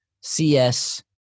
CS